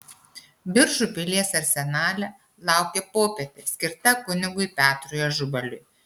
biržų pilies arsenale laukė popietė skirta kunigui petrui ažubaliui